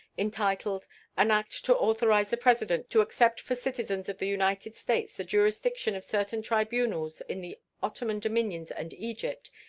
entitled an act to authorize the president to accept for citizens of the united states the jurisdiction of certain tribunals in the ottoman dominions and egypt,